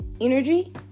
Energy